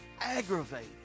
aggravated